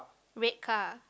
red car